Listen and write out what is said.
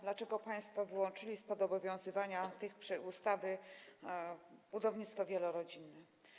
Dlaczego państwo wyłączyli spod obowiązywania tej ustawy budownictwo wielorodzinne?